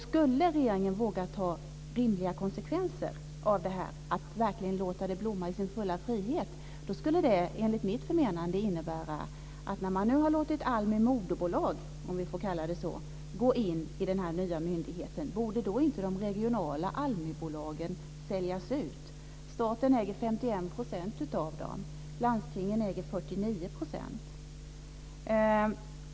Skulle regeringen våga ta rimliga konsekvenser av att verkligen låta det blomma i sin fulla frihet, skulle det enligt mitt förmenande, när man nu har låtit ALMI moderbolag, om vi får kalla det så, gå in i den nya myndigheten, innebära att de regionala ALMI bolagen borde säljas ut. Staten äger 51 % av dem, landstingen äger 49 %.